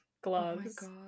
gloves